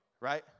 right